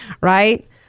right